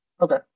Okay